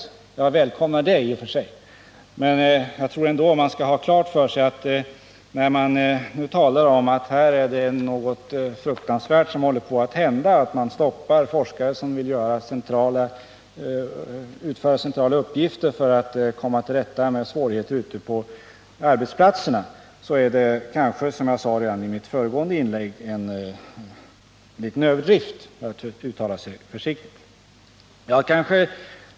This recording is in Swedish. I och för sig välkomnar jag detta, men jag tror att man kanske — när man nu talar om att det här håller på att hända någonting fruktansvärt, att forskare stoppas som vill utföra centrala uppgifter för att komma till rätta med svårigheter ute på arbetsplatserna — gör sig, för att uttala sig försiktigt, skyldig till en liten överdrift, vilket jag också framhöll i mitt tidigare anförande.